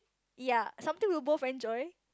ya something we'll both enjoy